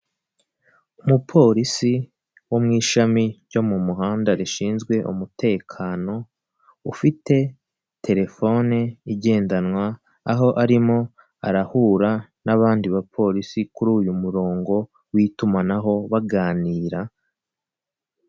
Inyubako nini baragaragaza ko iherereye Kibagabaga Kigali kandi barerekana ko iri kugurishwa amadolari ibihumbi ijana na mirongo itatu na bitanu iki ni ikintu gishyirwa ku nzu cyangwa se gishyirwa ahantu umuntu ari kugurisha agamije ko abantu babona icyo agambiriye cyangwa se bamenya ko niba agiye kugurisha bamenya agaciro , igenagaciro ry'icyo kintu ashaka kugurisha .